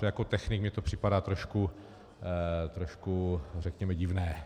Jako technik mi to připadá trošku, řekněme, divné.